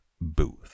Booth